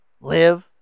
live